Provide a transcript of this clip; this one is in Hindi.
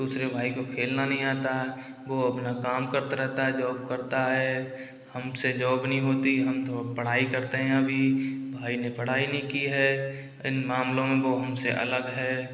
दूसरे भाई को खेलना नहीं आता वह अपना काम करता रहता है जॉब करता है हमसे जॉब नहीं होती हम तो अब पढ़ाई करते हैं अभी भाई ने पढ़ाई नहीं की है इन मामलों में वह हमसे अलग है